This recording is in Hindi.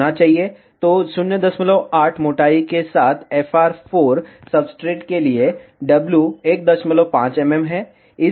तो 08 मोटाई के साथ FR 4 सब्सट्रेट के लिए w 15 mm है